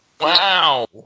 Wow